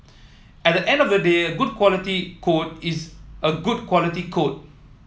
at the end of the day a good quality code is a good quality code